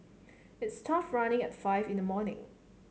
it's tough running at five in the morning